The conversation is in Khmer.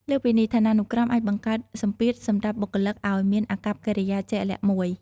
លើសពីនេះ ឋានានុក្រមអាចបង្កើតសម្ពាធសម្រាប់បុគ្គលិកឱ្យមានអាកប្បកិរិយាជាក់លាក់មួយ។